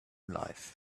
life